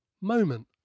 moment